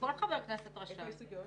כל חבר כנסת רשאי.